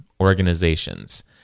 organizations